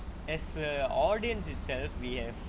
as a audience itself we have